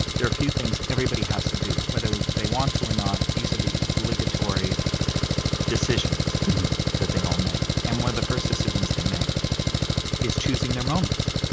there are few things everybody has to do, whether they want to or not, these are the obligatory decisions that they all make. and one of the first decisions they make is choosing their moments,